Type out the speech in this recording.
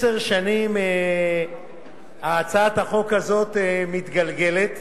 עשר שנים הצעת החוק הזאת מתגלגלת.